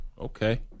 Okay